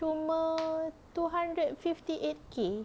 cuma two hundred fifty eight K